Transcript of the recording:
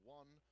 one